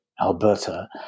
Alberta